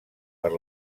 per